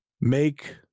make